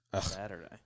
Saturday